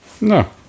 No